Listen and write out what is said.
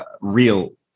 real